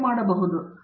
ಪ್ರತಾಪ್ ಹರಿಡೋಸ್ ಸರಿ